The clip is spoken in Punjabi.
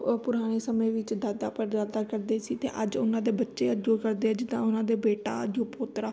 ਓ ਪੁਰਾਣੇ ਸਮੇਂ ਵਿੱਚ ਦਾਦਾ ਪੜਦਾਦਾ ਕਰਦੇ ਸੀ ਅਤੇ ਅੱਜ ਉਹਨਾਂ ਦੇ ਬੱਚੇ ਅੱਗਿਓ ਕਰਦੇ ਆ ਜਿੱਦਾਂ ਉਹਨਾਂ ਦੇ ਬੇਟਾ ਅੱਗਿਓ ਪੋਤਰਾ